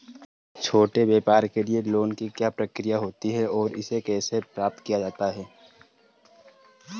छोटे व्यापार के लिए लोंन की क्या प्रक्रिया होती है और इसे कैसे प्राप्त किया जाता है?